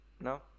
No